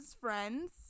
friends